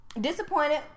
disappointed